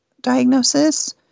diagnosis